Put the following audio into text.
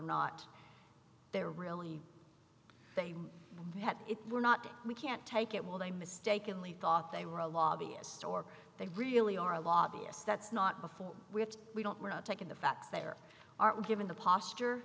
not they're really they had it we're not we can't take it well they mistakenly thought they were a lobbyist or they really are a lot of us that's not before we have we don't we're not taking the facts there aren't given the posture